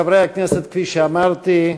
חברי הכנסת, כפי שאמרתי,